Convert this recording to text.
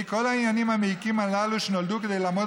ובלי כל העניינים המעיקים הללו שנולדו כדי לעמוד